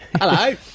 Hello